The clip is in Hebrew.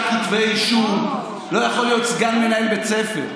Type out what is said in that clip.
כתבי אישום לא יכול להיות סגן מנהל בית ספר,